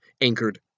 anchored